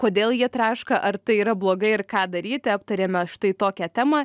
kodėl jie traška ar tai yra blogai ir ką daryti aptarėme štai tokią temą